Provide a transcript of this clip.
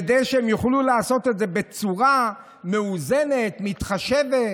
כדי שהם יוכלו לעשות את זה בצורה מאוזנת, מתחשבת.